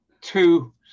two